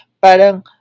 parang